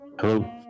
Hello